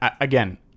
again